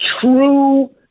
true